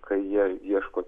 kai jie ieško